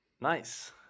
Nice